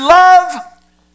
love